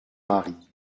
mari